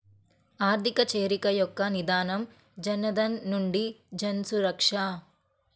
ఆర్థిక చేరిక యొక్క నినాదం జనధన్ నుండి జన్సురక్ష